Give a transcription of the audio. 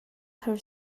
her